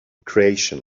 creation